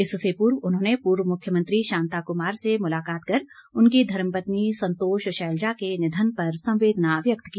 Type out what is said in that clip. इससे पूर्व उन्होंने पूर्व मुख्यमंत्री शांता कुमार से मुलाकात कर उनकी धर्मपत्नी संतोष शैलजा के निधन पर संवेदना व्यक्त की